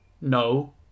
No